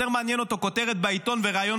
יותר מעניינים אותו כותרת בעיתון וריאיון